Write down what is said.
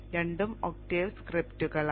രണ്ടും ഒക്ടേവ് സ്ക്രിപ്റ്റുകളാണ്